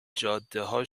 جادهها